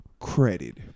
credit